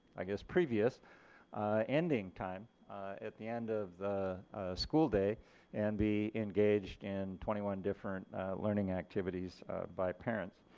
i guess previous ending time at the end of the school day and be engaged in twenty one different learning activities by parents.